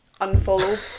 unfollow